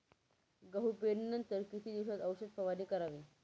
गहू पेरणीनंतर किती दिवसात औषध फवारणी करावी?